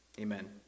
Amen